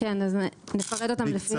ונפרט אותם.